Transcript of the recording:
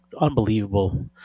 Unbelievable